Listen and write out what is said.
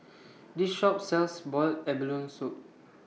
This Shop sells boiled abalone Soup